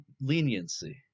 leniency